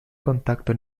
contacto